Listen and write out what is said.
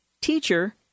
teacher